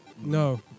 No